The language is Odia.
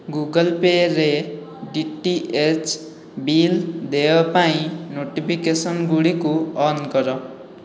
ଗୁଗଲ୍ ପେରେ ଡିଟିଏଚ୍ ବିଲ୍ ଦେୟ ପାଇଁ ନୋଟିଫିକେସନ୍ଗୁଡ଼ିକୁ ଅନ୍ କର